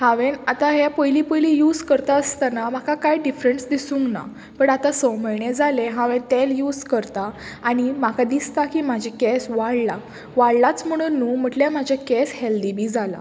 हांवें आतां हें पयलीं पयलीं यूज करता आसतना म्हाका कांय डिफरंस दिसूंक ना पण आतां स म्हयणें जालें हांवें तेल यूज करतां आनी म्हाका दिसता की म्हाजे केंस वाडलां वाडलाच म्हणून न्हू म्हटल्यार म्हाजें केंस हेल्दी बी जालां